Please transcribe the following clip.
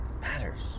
matters